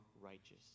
righteous